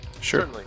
Sure